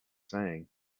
saying